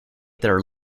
their